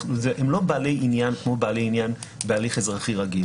הם לא בעלי עניין כמו בעלי עניין בהליך אזרחי רגיל,